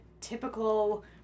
typical